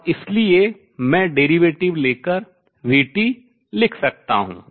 और इसलिए मैं derivative अवकलन ले कर v लिख सकता हूँ